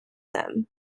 them